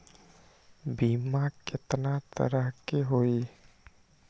बीमा केतना तरह के होइ?